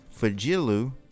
Fajilu